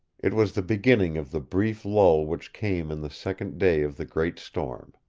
it was the beginning of the brief lull which came in the second day of the great storm.